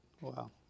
Wow